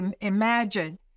imagine